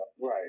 right